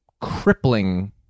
crippling